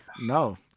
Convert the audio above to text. no